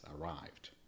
arrived